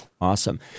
Awesome